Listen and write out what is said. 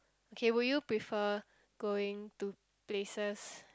okay would you prefer going to places